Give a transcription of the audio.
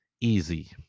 easy